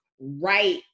right